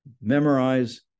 memorize